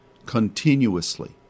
continuously